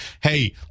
hey